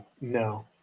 No